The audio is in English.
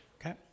Okay